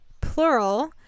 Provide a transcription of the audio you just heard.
plural